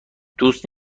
دوست